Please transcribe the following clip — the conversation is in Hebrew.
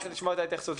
לכן אני שוב אומרת,